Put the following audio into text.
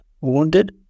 wounded